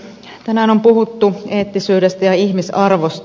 tänään on puhuttu eettisyydestä ja ihmisarvosta